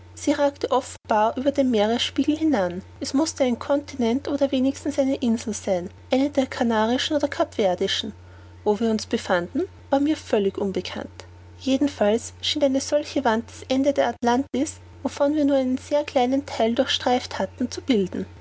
sie ragte offenbar über den meeresspiegel hinan es mußte ein continent oder wenigstens eine insel sein eine der canarischen oder capverdischen wo wir uns befanden war mir völlig unbekannt jedenfalls schien eine solche wand das ende der atlantis wovon wir nur einen sehr kleinen theil durchstreift hatten zu bilden